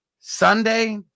Sunday